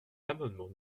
l’amendement